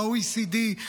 ב-OECD,